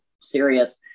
serious